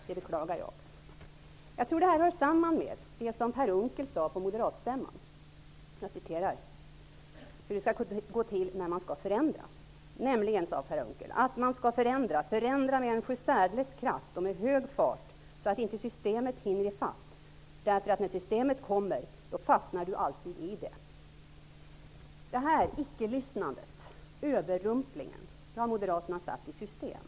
Det beklagar jag. Jag tror att det här hör samman med det som Per Unckel sade på moderatstämman om hur det skall gå till när man skall förändra: Man skall förändra med en sjusärdeles kraft och med hög fart, så att inte systemet hinner ifatt, därför att när systemet kommer, fastnar du alltid i det. Det här icke-lyssnandet, överrumplingen, har Moderaterna satt i system.